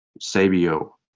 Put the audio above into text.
Sabio